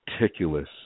meticulous